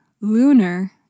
Lunar